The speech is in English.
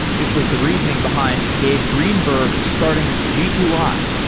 this was the reasoning behind gabe greenberg starting g two i,